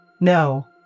No